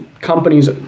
companies